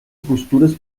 postures